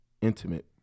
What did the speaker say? intimate